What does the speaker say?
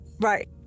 right